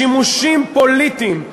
שימושים פוליטיים,